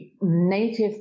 native